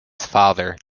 father